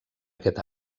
aquest